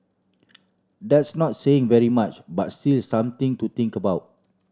that's not saying very much but still something to think about